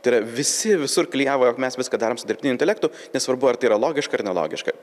tai yra visi visur klijavo jog mes viską darom su dirbtiniu intelektu nesvarbu ar tai yra logiška ar nelogiška